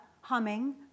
humming